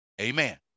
amen